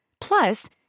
Plus